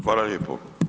Hvala lijepo.